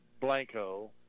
Blanco